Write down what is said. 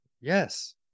Yes